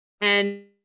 And-